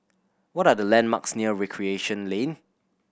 what are the landmarks near Recreation Lane